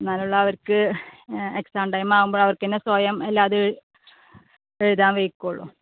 എന്നാലേ ഉള്ളൂ അവർക്ക് എക്സാം ടൈം ആകുമ്പോൾ അവർക്ക് തന്നെ സ്വയം അല്ലാതെ എഴുതാൻ വയ്ക്കുള്ളൂ